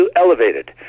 elevated